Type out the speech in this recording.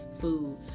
food